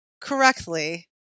correctly